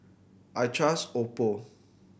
I trust Oppo